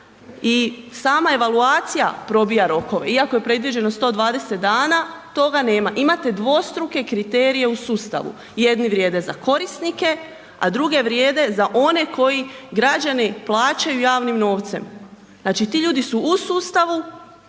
i sama evaluacija probija rokove, iako je predviđeno 120 dana, toga nema. Imate dvostruke kriterije u sustavu. Jedni vrijede za korisnike, a druge vrijede za one koji građani plaćaju javnim novcem. Znači, ti ljudi su u sustavu